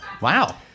wow